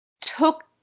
took